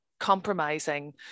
compromising